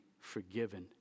forgiven